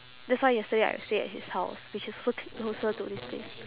that's why yesterday I stay at his house which is also c~ closer to this place